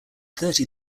thirty